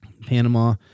Panama